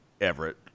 Everett